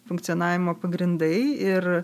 funkcionavimo pagrindai ir